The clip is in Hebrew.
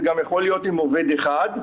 זה גם יכול להיות עם עובד אחד,